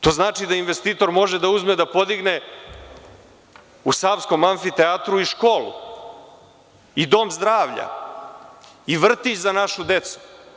To znači da investitor može da uzme da podigne u Savskom amfiteatru i školu i dom zdravlja i vrtić za našu decu.